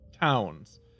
towns